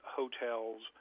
hotels